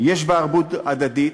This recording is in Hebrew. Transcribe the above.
יש בה ערבות הדדית